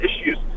issues